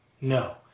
No